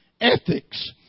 Ethics